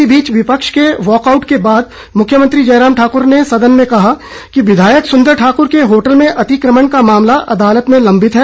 इस बीच विपक्ष के वॉकआउट के बाद मुख्यमंत्री जयराम ठाकुर ने सदन में कहा कि विधायक सूंदर ठाकुर के होटल में अतिक्रमण का मामला अदालत में लंबित है